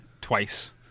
twice